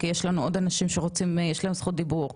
כי יש לנו עוד אנשים שיש להם זכות דיבור.